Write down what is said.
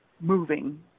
moving